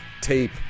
tape